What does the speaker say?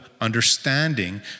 understanding